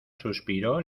suspiró